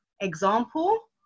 example